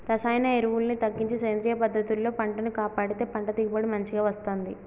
రసాయన ఎరువుల్ని తగ్గించి సేంద్రియ పద్ధతుల్లో పంటను కాపాడితే పంట దిగుబడి మంచిగ వస్తంది